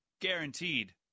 Guaranteed